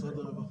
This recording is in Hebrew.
משרד הרווחה,